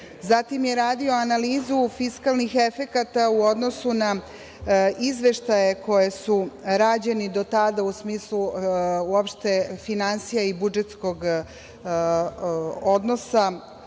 Zatim je radio analizu fiskalnih efekata u odnosu na izveštaje koji su rađeni do tada u smislu uopšte finansija i budžetskog odnosa,